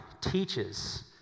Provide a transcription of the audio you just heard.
teaches